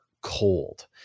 cold